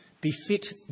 befit